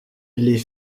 les